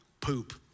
Poop